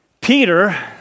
Peter